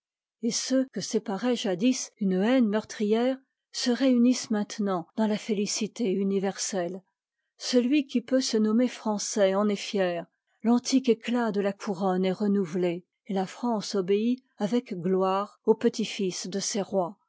et ceux que séparait jadis une haine meurtrière se réunis sent maintenant dans la félicité universelle ce lui qui peut se nommer français en est fier l'antique éclat de la couronne est renouvelé et la france obéit avec gloire au petit-fils de ses rois